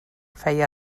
feia